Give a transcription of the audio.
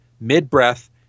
mid-breath